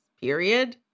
period